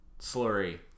slurry